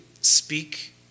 speak